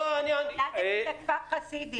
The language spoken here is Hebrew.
אני נולדתי בכפר חסידים.